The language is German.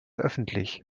öffentlich